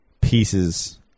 pieces